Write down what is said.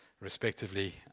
respectively